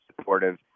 supportive